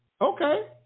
Okay